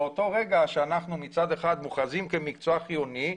באותו רגע שאנחנו מצד אחד מוכרזים כמקצוע חיוני,